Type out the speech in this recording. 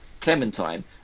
Clementine